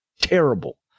Terrible